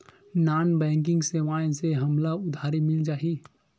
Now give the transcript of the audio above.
Non banking सेवाएं से हमला उधारी मिल जाहि?